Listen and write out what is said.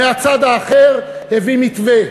מהצד האחר, והביא מתווה.